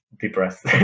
depressed